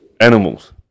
Animals